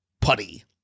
Putty